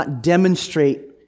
demonstrate